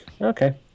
Okay